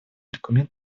документ